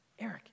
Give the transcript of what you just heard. Eric